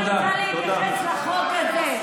תודה.